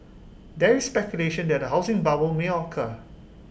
there is speculation that A housing bubble may occur